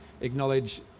acknowledge